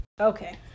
Okay